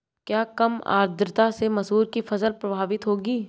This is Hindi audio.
क्या कम आर्द्रता से मसूर की फसल प्रभावित होगी?